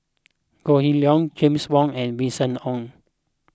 Goh Kheng Long James Wong and Winston Oh